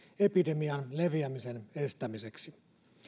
epidemian leviämisen estämiseksi